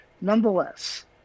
Nonetheless